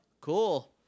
Cool